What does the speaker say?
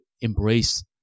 embrace